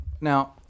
now